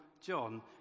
John